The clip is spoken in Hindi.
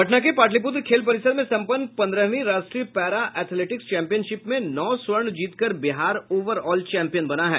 पटना के पाटलीपुत्र खेल परिसर में सम्पन्न पन्द्रहवीं राष्ट्रीय पैरा एथलेटिक्स चैम्पियनशिप में नौ स्वर्ण जीतकर बिहार ओवर ऑल चैम्पियन बना है